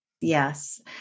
Yes